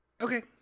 Okay